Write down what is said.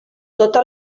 tota